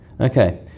Okay